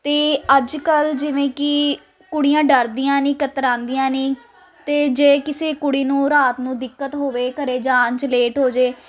ਅਤੇ ਅੱਜ ਕੱਲ੍ਹ ਜਿਵੇਂ ਕਿ ਕੁੜੀਆਂ ਡਰਦੀਆਂ ਨਹੀਂ ਕਤਰਾਉਂਦੀਆਂ ਨਹੀਂ ਅਤੇ ਜੇ ਕਿਸੇ ਕੁੜੀ ਨੂੰ ਰਾਤ ਨੂੰ ਦਿੱਕਤ ਹੋਵੇ ਘਰ ਜਾਣ 'ਚ ਲੇਟ ਹੋ ਜਾਵੇ